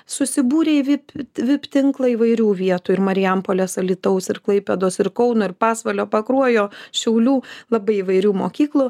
susibūrę į vip vip tinklą įvairių vietų ir marijampolės alytaus ir klaipėdos ir kauno ir pasvalio pakruojo šiaulių labai įvairių mokyklų